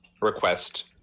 request